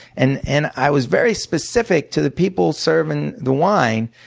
and and i was very specific to the people serving the wine.